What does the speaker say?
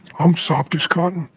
i'm soft as cotton.